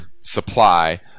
supply